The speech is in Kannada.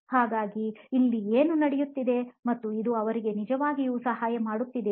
ಹಾಗಾದರೆ ಇಲ್ಲಿ ಏನು ನಡೆಯುತ್ತಿದೆ ಮತ್ತು ಇದು ಅವರಿಗೆ ನಿಜವಾಗಿಯೂ ಸಹಾಯ ಮಾಡುತ್ತಿದೆಯೇ